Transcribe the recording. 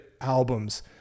albums